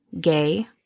gay